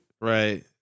Right